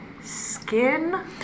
skin